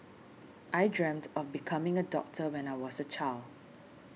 I dreamt of becoming a doctor when I was a child